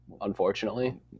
unfortunately